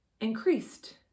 increased